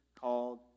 called